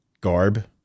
garb